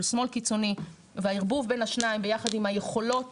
של שמאל קיצוני והערבוב בין השניים ביחד עם היכולות